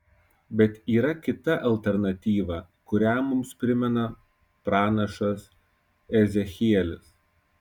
bet yra kita alternatyva kurią mums primena pranašas ezechielis